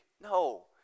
No